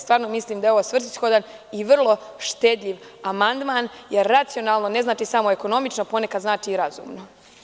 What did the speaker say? Stvarno mislim da je ovo svrsishodan i vrlo štedljiv amandman, jer je racionalno, ne znači samo ekonomičan, ponekad znači i razumno.